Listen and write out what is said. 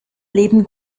leben